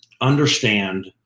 understand